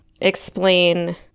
explain